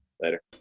later